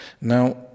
Now